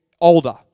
older